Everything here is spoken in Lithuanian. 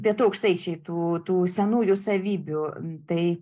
pietų aukštaičiai tų tų senųjų savybių tai